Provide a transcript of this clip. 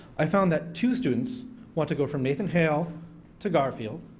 i found that two students want to go from nathan hale to garfield,